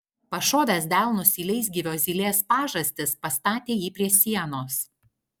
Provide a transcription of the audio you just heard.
pašovęs delnus į leisgyvio zylės pažastis pastatė jį prie sienos